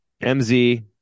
MZ